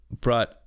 brought